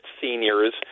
seniors